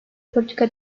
politika